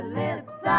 lips